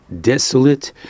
desolate